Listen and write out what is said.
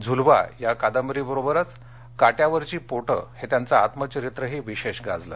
झुलवा या कादंबरीबरोबरच काट्यावरची पोटं हे त्यांचं आत्मचरित्रही विशेष गाजलं